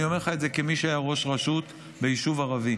אני אומר לך את זה כמי שהיה ראש רשות ביישוב ערבי.